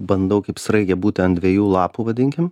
bandau kaip sraigė būti ant dviejų lapų vadinkim